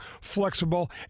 flexible